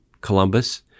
Columbus